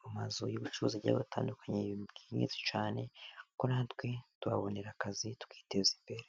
mu mazu y'ubucuruzi bigiye bitandukanye neza cyane, kuko natwe tuhabonera akazi tukiteza imbere.